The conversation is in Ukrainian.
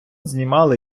знімали